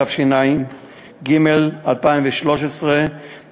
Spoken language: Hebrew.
התשע"ג 2013,